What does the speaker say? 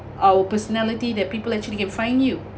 our personality that people actually can find you